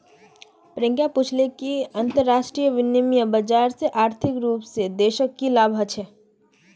प्रियंका पूछले कि अंतरराष्ट्रीय विनिमय बाजार से आर्थिक रूप से देशक की लाभ ह छे